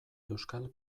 euskal